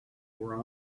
were